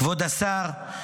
כבוד השר,